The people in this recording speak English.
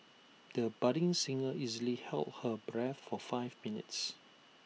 the budding singer easily held her breath for five minutes